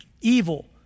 evil